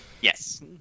Yes